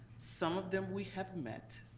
some of them we have met.